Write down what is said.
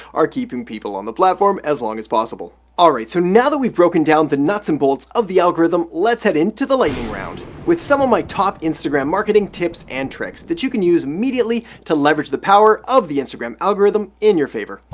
are keeping people on the platform as long as possible. alright, so now that we've broken down the nuts and bolts of the algorithm, let's head into the lightning round with some of my top instagram marketing tips and tricks that you can use immediately to leverage the power of the instagram algorithm in your favor.